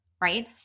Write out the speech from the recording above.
Right